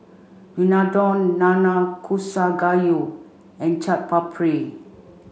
Unadon Nanakusa Gayu and Chaat Papri